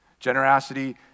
Generosity